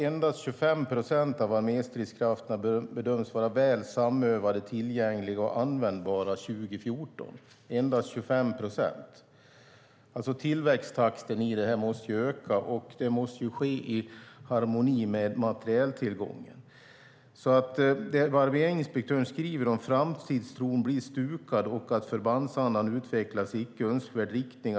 Endast 25 procent av arméstridskrafterna bedöms vara väl samövade, tillgängliga och användbara 2014. Tillväxttakten måste öka, och det måste ske i harmoni med materieltillgången. Arméinspektören skriver om att det finns en risk att framtidstron blir stukad och att förbandsandan utvecklas i icke önskvärd riktning.